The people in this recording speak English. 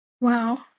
Wow